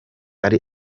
ari